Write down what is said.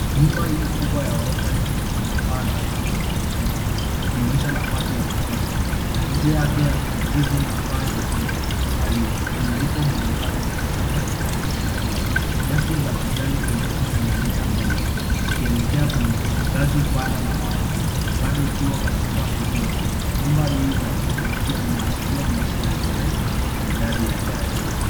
Nyumba hii kubwa ya ghorofa nyingi ina paa tatu na madirisha mengi ikionyesha nafasi ya kutosha. Njia yake ya kijivu na paa jekundu kahawia vinaipa muonekano wa kisasa na wa kitamaduni. Nyasi za kijani kibichi zinaenea mbele ikielekea kwenye ngazi pana na maarufu bado ikiwa katika ujenzi. Nyumba hii ya kuvutia inaashiria maisha ya starehe na maridadi yajayo.